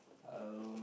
I will